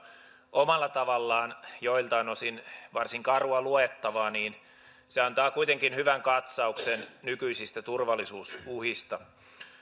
omalla tavallaan joiltain osin varsin karua luettavaa se antaa kuitenkin hyvän katsauksen nykyisistä turvallisuusuhista